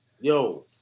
yo